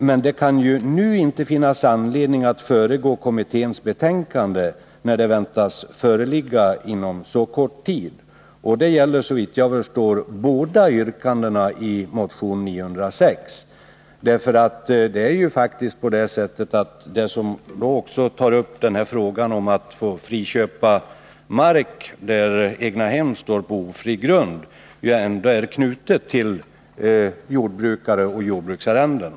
Men det kan inte finnas anledning att nu föregripa kommitténs betänkande när det väntas föreligga inom så kort tid. Det gäller såvitt jag förstår båda yrkandena i motion 906. Frågan om att få friköpa mark där egnahem står på ofri grund är ju ändå knuten till jordbrukare och jordbruksarrenden.